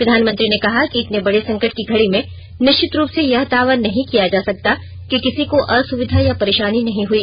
प्रधानमंत्री ने कहा कि इतने बड़े संकट की घड़ी में निश्चित रूप से यह दावा नहीं किया जा सकता कि किसी को असुविधा या परेशानी नहीं हई